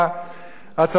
הצבא יהפוך לצבא,